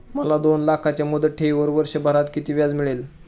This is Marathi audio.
मला दोन लाखांच्या मुदत ठेवीवर वर्षभरात किती व्याज मिळेल?